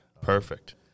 Perfect